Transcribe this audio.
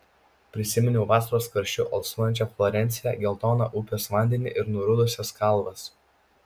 prisiminiau vasaros karščiu alsuojančią florenciją geltoną upės vandenį ir nurudusias kalvas